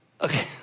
Okay